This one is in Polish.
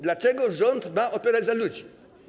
Dlaczego rząd ma odpowiadać za ludzi?